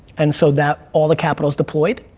and so that, all the capital's deployed,